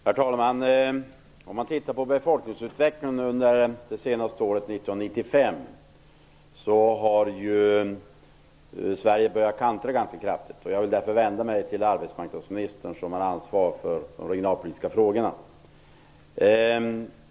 Herr talman! Om man ser på befolkningsutvecklingen under det senaste året, 1995, har ju Sverige börjat att kantra rätt så kraftigt. Jag tänkte vända mig till arbetsmarknadsministern, som är ansvarig för de regionalpolitiska frågorna.